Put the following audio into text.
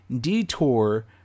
detour